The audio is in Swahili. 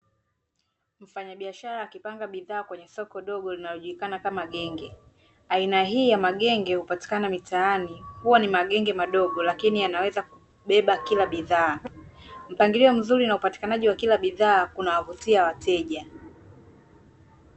Mfanyabiashara akipanga bidhaa kwenye soko dogo linalojulikana kama Genge. Aina hii ya magenge hupatikana mitaani kuwa ni magenge madogo, lakini yanaweza kubeba kila bidhaa. Mpangilio mzuri na upatikanaji wa kila bidhaa kunawavutia wateja.